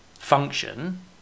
Function